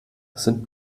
sind